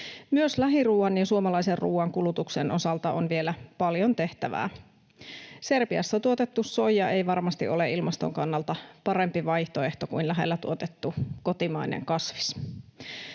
Myös lähiruoan ja suomalaisen ruoan kulutuksen osalta on vielä paljon tehtävää. Serbiassa tuotettu soija ei varmasti ole ilmaston kannalta parempi vaihtoehto kuin lähellä tuotettu kotimainen kasvis.